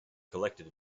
collected